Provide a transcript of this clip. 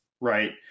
right